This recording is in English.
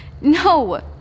No